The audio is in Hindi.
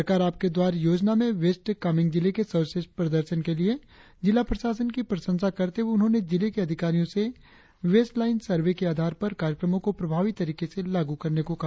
सरकार आपके द्वार योजना में वेस्ट कामेंग जिले के सर्वश्रेष्ठ प्रदर्शन के लिए जिला प्रशासन की प्रशंसा करते हुए उन्होंने जिले के प्राधिकारियों से वेश लाईन सर्वे के आधार पर कार्यक्रमो को प्रभावी तरीके से लागू करने को कहा